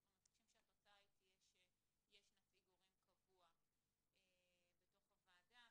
אנחנו מבקשים שהתוצאה תהיה שיש נציג הורים קבוע בתוך המועצה.